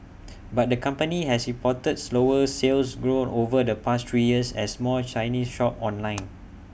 but the company has reported slower Sales Growth over the past three years as more Chinese shop online